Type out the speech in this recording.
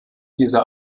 dieser